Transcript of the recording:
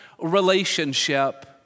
relationship